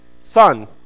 Son